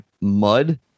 mud